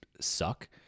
suck